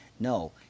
no